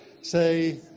say